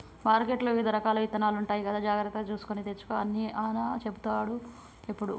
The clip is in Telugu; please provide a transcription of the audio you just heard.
మార్కెట్లో వివిధ రకాల విత్తనాలు ఉంటాయి కదా జాగ్రత్తగా చూసుకొని తెచ్చుకో అని అన్న చెపుతాడు ఎప్పుడు